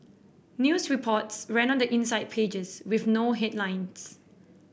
news reports ran on the inside pages with no headlines